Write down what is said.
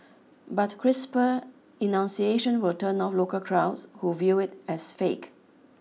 but crisper enunciation will turn off local crowds who view it as fake